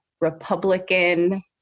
Republican